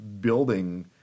building